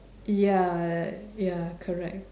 ya ya correct